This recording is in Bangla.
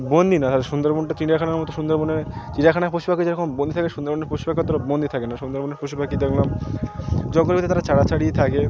বন্দি না তারা সুন্দরবনটা চিড়িয়াখানার মতো সুন্দরবনে চিড়িয়াখানায় পশুপাখি যে রকম বন্দি থাকে সুন্দরবনে পশুপাখি তারা বন্দি থাকে না সুন্দরবনে পশু পাখি দেখলাম জঙ্গলে তারা ছাড়াছাড়ি থাকে